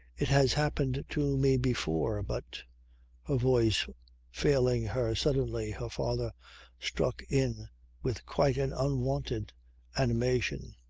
it has happened to me before but her voice failing her suddenly her father struck in with quite an unwonted animation.